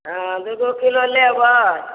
हँ दू दू किलो लेबै